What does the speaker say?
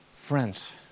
Friends